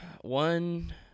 one